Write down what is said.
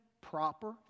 proper